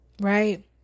Right